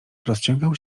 rozciągał